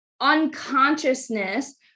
unconsciousness